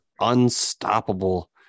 unstoppable